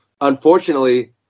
Unfortunately